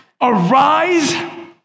Arise